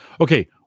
Okay